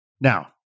Now